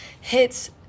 hits